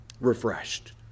refreshed